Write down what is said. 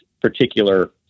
particular